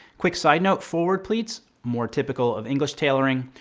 quick sidenote forward pleats, more typical of english tailoring.